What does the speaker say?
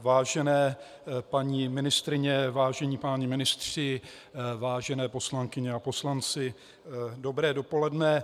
Vážené paní ministryně, vážení páni ministři, vážené poslankyně a poslanci, dobré dopoledne.